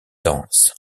denses